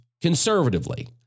conservatively